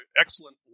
excellent